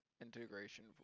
integration